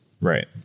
Right